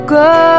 go